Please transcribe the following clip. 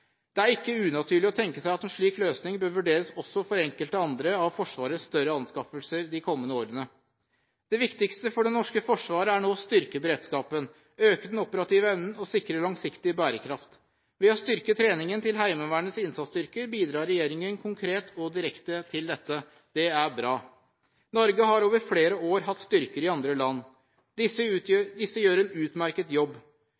Det er ikke unaturlig å tenke seg at en slik løsning bør vurderes også for enkelte andre av Forsvarets større anskaffelser de kommende årene. Det viktigste for det norske forsvaret er nå å styrke beredskapen, øke den operative evnen og sikre langsiktig bærekraft. Ved å styrke treningen til Heimevernets innsatsstyrker bidrar regjeringen konkret og direkte til dette. Det er bra. Norge har over flere år hatt styrker i andre land. Disse gjør en utmerket jobb.